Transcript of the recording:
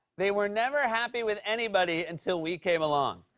they were never happy with anybody until we came along.